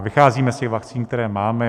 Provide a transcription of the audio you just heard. Vycházíme z vakcín, které máme.